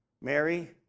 Mary